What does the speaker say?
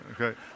Okay